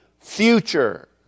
future